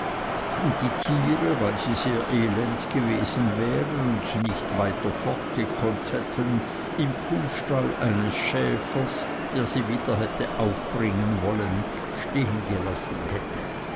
und die tiere weil sie sehr elend gewesen wären und nicht weiter fort gekonnt hätten im kuhstall eines schäfers der sie wieder hätte aufbringen wollen stehengelassen hätte